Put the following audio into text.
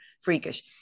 freakish